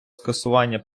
скасування